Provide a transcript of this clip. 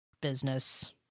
business